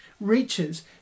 reaches